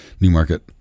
Newmarket